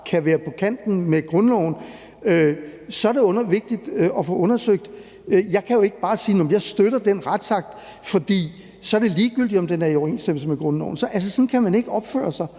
kan være på kant med grundloven, er det vigtigt at få undersøgt. Jeg kan jo ikke bare sige: Nå, men jeg støtter den retsakt, og så er det ligegyldigt, om den er i overensstemmelse med grundloven. Altså, sådan kan man ikke opføre sig.